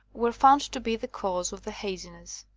were found to be the cause of the haziness.